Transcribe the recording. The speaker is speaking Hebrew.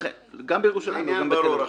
גם בירושלים אבל גם בתל אביב.